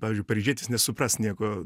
pavyzdžiui paryžietis nesupras nieko